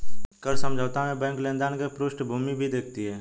कर्ज समझौता में बैंक लेनदार की पृष्ठभूमि भी देखती है